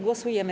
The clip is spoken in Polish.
Głosujemy.